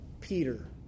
Peter